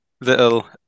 little